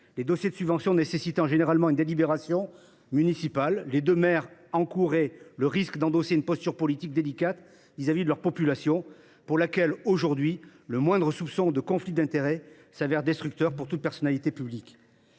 Les dossiers de subvention nécessitant généralement une délibération municipale, les deux maires encourent le risque d’endosser une posture politique délicate vis à vis de l’opinion publique, le moindre soupçon de conflit d’intérêts se révélant destructeur pour toute personnalité publique.